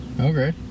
Okay